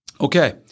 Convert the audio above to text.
Okay